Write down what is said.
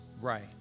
right